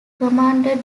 commanded